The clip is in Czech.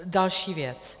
Další věc.